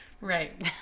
Right